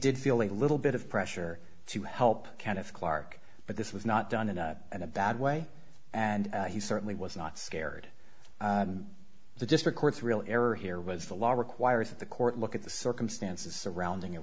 did feel a little bit of pressure to help kenneth clarke but this was not done in a bad way and he certainly was not scared the district courts really error here was the law requires that the court look at the circumstances surrounding it